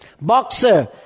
Boxer